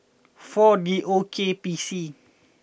four D O K P C